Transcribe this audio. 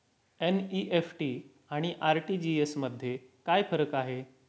NEFT आणि RTGS मध्ये काय फरक आहे?